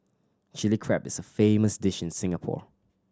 Chilli Crab is a famous dish in Singapore